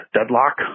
Deadlock